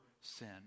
sin